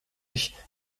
ich